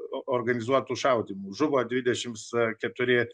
organizuotų šaudymų žuvo dvidešimt keturi